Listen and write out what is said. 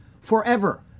forever